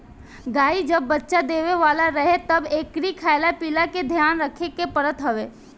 गाई जब बच्चा देवे वाला रहे तब एकरी खाईला पियला के ध्यान रखे के पड़त हवे